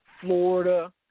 Florida